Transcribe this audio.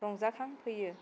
रंजाखां फैयो